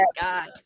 God